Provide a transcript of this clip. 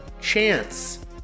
Chance